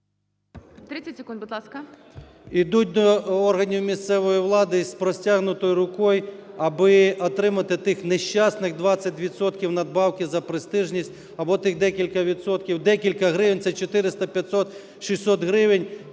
30 секунд, будь ласка.